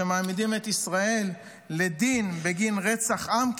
כשמעמידים את ישראל לדין בגין רצח עם,